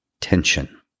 tension